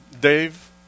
Dave